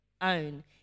own